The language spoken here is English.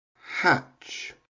hatch